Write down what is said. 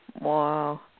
Wow